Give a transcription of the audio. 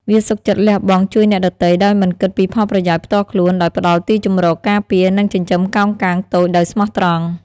វាសុខចិត្តលះបង់ជួយអ្នកដទៃដោយមិនគិតពីផលប្រយោជន៍ផ្ទាល់ខ្លួន ដោយផ្តល់ទីជម្រក ការពារ និងចិញ្ចឹមកោងកាងតូចដោយស្មោះត្រង់។